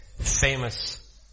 famous